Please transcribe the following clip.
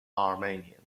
armenians